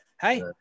hey